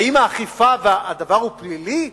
האם באכיפה הדבר הוא פלילי,